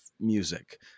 music